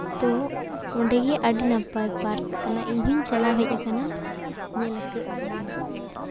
ᱛᱚ ᱚᱸᱰᱮ ᱜᱮ ᱟᱹᱰᱤ ᱱᱟᱯᱟᱭ ᱯᱟᱨᱠ ᱠᱟᱱᱟ ᱤᱧᱦᱩᱧ ᱪᱟᱞᱟᱣ ᱦᱮᱡᱽ ᱠᱟᱱᱟ ᱧᱮᱞᱟᱠᱟᱫ ᱜᱤᱭᱟᱹᱧ